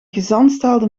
gezandstraalde